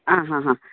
आं हां हां